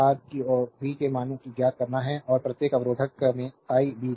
री को v के मानों को ज्ञात करना है और प्रत्येक अवरोधक में i b था